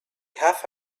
have